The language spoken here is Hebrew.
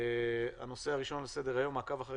הנושא הראשון על סדר-היום: מעקב אחרי